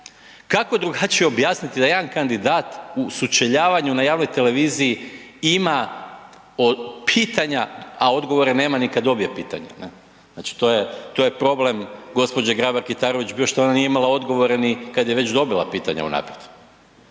Kako drugačije objasniti da jedan kandidat u sučeljavanju na javnoj televiziji ima pitanja, a odgovore nema ni kada dobije pitanja, znači to je problem gospođe Grabar Kitarović što ona nije imala odgovore ni kada je već dobila pitanja unaprijed?